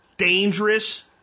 Dangerous